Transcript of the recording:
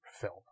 film